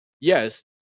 yes